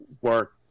work